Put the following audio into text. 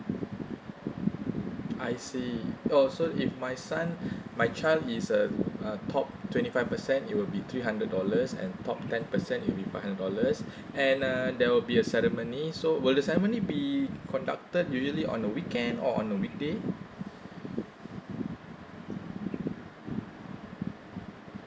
I see oh so if my son my child is a uh top twenty five percent it will be three hundred dollars and top ten percent it will be five hundred dollars and uh there will be a ceremony so will the ceremony be conducted usually on a weekend or on a weekday